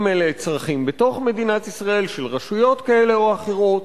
אם אלה צרכים בתוך מדינת ישראל של רשויות כאלה או אחרות,